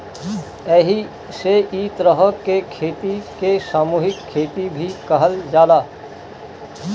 एही से इ तरह के खेती के सामूहिक खेती भी कहल जाला